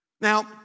Now